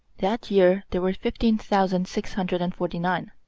that year there were fifteen thousand six hundred and forty nine,